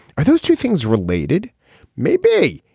ah those two things related maybe.